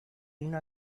una